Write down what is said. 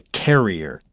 carrier，